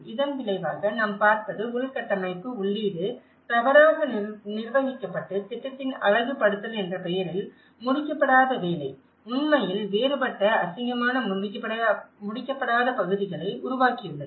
இதன் விளைவாக நாம் பார்ப்பது உள்கட்டமைப்பு உள்ளீடு தவறாக நிர்வகிக்கப்பட்டு திட்டத்தின் அழகுபடுத்தல் என்ற பெயரில் முடிக்கப்படாத வேலை உண்மையில் வேறுபட்ட அசிங்கமான முடிக்கப்படாத பகுதிகளை உருவாக்கியுள்ளது